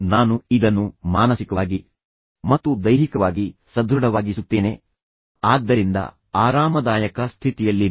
ನಾನು ಇದನ್ನು ಮಾನಸಿಕವಾಗಿ ಮತ್ತು ದೈಹಿಕವಾಗಿ ಸದೃಢವಾಗಿಸುತ್ತೇನೆ ಆದ್ದರಿಂದ ಆರಾಮದಾಯಕ ಸ್ಥಿತಿಯಲ್ಲಿರಿ